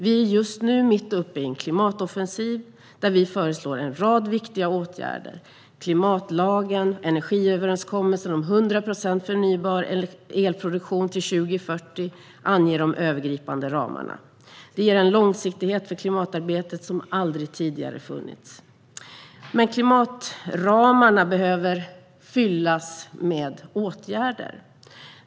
Vi är just nu mitt uppe i en klimatoffensiv där vi föreslår en rad viktiga åtgärder. Klimatlagen och energiöverenskommelsen om 100 procent förnybar elproduktion till 2040 anger de övergripande ramarna. Det ger en långsiktighet för klimatarbetet som aldrig tidigare funnits. Men klimatramarna behöver fyllas med åtgärder.